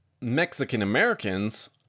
Mexican-Americans